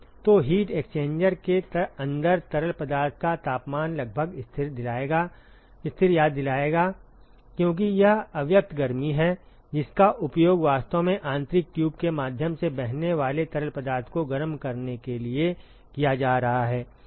तो heat exchanger के अंदर तरल पदार्थ का तापमान लगभग स्थिर याद दिलाएगा क्योंकि यह अव्यक्त गर्मी है जिसका उपयोग वास्तव में आंतरिक ट्यूब के माध्यम से बहने वाले तरल पदार्थ को गर्म करने के लिए किया जा रहा है